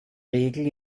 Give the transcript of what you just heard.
regel